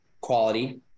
quality